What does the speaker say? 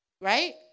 Right